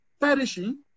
perishing